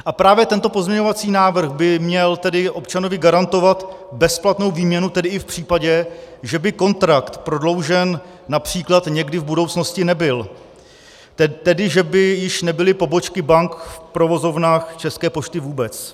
A právě tento pozměňovací návrh by měl tedy občanovi garantovat bezplatnou výměnu, tedy i v případě, že by kontrakt prodloužen například někdy v budoucnosti nebyl, tedy, že by již nebyly pobočky bank v provozovnách České pošty vůbec.